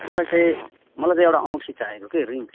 मलाई चाहिँ मलाई चाहिँ एउटा औँठी चाहिएको कि रिङ